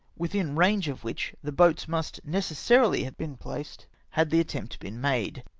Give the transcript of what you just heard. within range of which the boats must necessarily have been placed had the attempt been made.